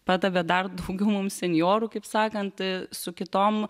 padavė dar daugiau mums senjorų kaip sakant su kitom